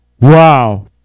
Wow